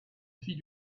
fille